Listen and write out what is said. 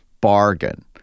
bargain